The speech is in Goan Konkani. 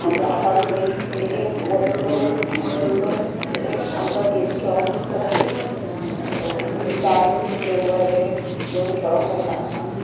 आनी तें आतां आमी खंयी पिकनीकेक वचत जाल्यार लुडो जशे आमकां गेमी खेळोंक ओके म्हटल्यार चार मेंबर अशे घेवन खेळोंक मेळटा आमकां